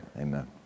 Amen